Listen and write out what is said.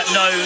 no